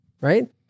right